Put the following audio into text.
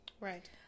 right